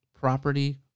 property